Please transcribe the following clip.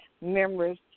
members